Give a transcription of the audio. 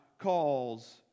calls